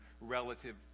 relative